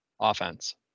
offense